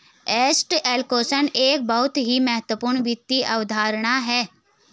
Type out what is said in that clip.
asset allocation एक बहुत ही महत्वपूर्ण वित्त अवधारणा है